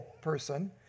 person